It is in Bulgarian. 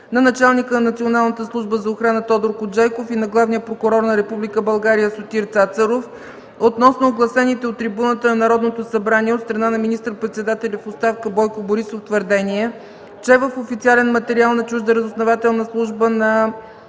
на началника на Националната служба за охрана Тодор Коджейков и на главния прокурор на Република България Сотир Цацаров относно огласените от трибуната на Народното събрание от страна на министър-председателя в оставка Бойко Борисов твърдения, че в официален материал на чужда разузнавателна служба до